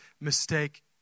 mistake